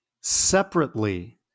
Separately